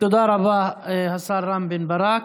תודה רבה, חבר הכנסת רם בן ברק.